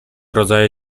rodzaje